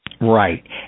Right